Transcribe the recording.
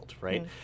right